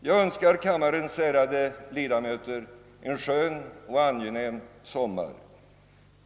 Jag önskar kammarens ärade ledamöter en skön och angenäm sommar.